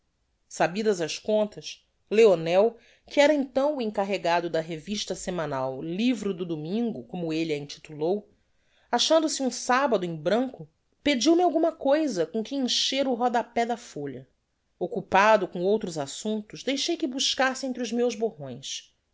sabidas as contas leonel que era então o encarregado da revista semanal livro do domingo como elle a intitulou achando-se um sabbado em branco pediu-me alguma coisa com que encher o rodapé da folha occupado com outros assumptos deixei que buscasse entre os meus borrões